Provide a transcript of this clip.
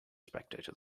spectator